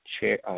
chair